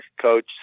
coach